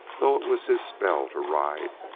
though it was his spell to ride,